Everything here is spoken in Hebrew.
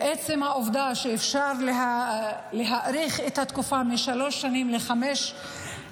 עצם העובדה שאפשר להאריך את התקופה משלוש שנים לחמש